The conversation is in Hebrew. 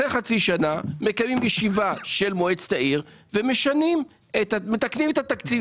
אחרי חצי שנה מקיימים ישיבה של מועצת העיר ומתקנים את התקציב.